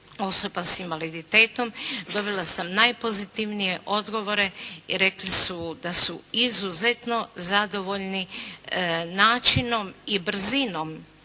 osoba s invaliditetom dobila sam najpozitivnije odgovore. I rekli su da su izuzetno zadovoljni načinom i brzinom